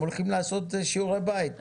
הם הולכים לעשות שיעורי בית.